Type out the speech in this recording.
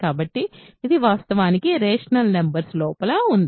కాబట్టి ఇది వాస్తవానికి రేషనల్ నంబర్స్ లోపల ఉంది